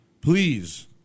please